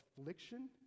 affliction